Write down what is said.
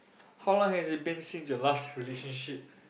how long has it been since your last relationship